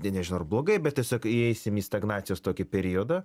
nė nežinau ar blogai bet tiesiog įeisim į stagnacijos tokį periodą